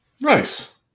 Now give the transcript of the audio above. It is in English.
Nice